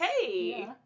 Hey